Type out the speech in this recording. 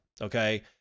Okay